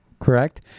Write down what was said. correct